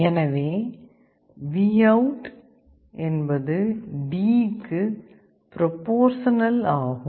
எனவே VOUT என்பது D க்கு ப்ரோபோர்சனல் ஆகும்